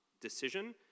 decision